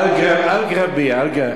אגראביה.